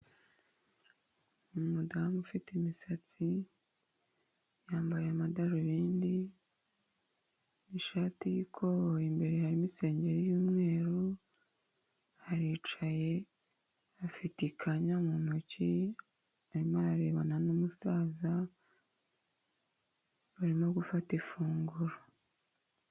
Umudamu ufite imisatsi, yambaye amadarubindi n'ishati y'ikoboyi imbere harimo isengeri y'umweru, aricaye afite ikanya mu ntoki arimo ararebana n'umusaza, barimo gufata ifunguro.